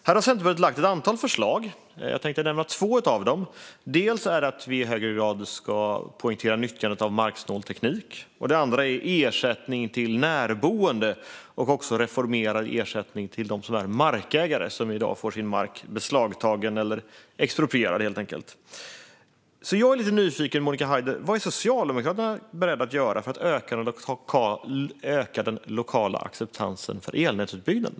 Här har Centerpartiet lagt fram ett antal förslag, och jag tänkte nämna två av dem. Det ena är att vi i högre grad ska poängtera nyttjandet av marksnål teknik, och det andra handlar om ersättning till närboende - och också om en reformerad ersättning till markägare som i dag får sin mark beslagtagen, det vill säga exproprierad. Jag är lite nyfiken, Monica Haider: Vad är Socialdemokraterna beredda att göra för att öka den lokala acceptansen för elnätsutbyggnaden?